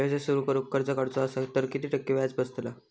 व्यवसाय सुरु करूक कर्ज काढूचा असा तर किती टक्के व्याज बसतला?